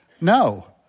No